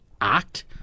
act